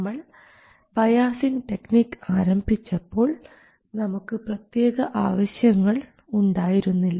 നമ്മൾ biasing technique ആരംഭിച്ചപ്പോൾ നമുക്ക് പ്രത്യേക ആവശ്യങ്ങൾ ഉണ്ടായിരുന്നില്ല